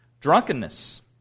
drunkenness